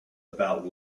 about